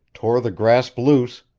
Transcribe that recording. tore the grasp loose,